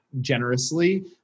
generously